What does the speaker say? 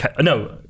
No